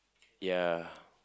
ya